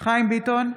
חיים ביטון,